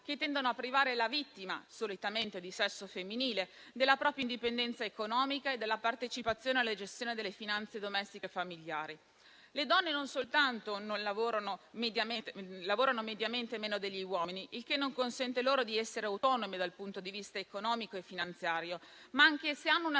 che tendono a privare la vittima, solitamente di sesso femminile, della propria indipendenza economica e della partecipazione alla gestione delle finanze domestiche e familiari. Le donne non soltanto lavorano mediamente meno degli uomini, il che non consente loro di essere autonome dal punto di vista economico e finanziario, ma anche se hanno un'attività